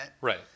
Right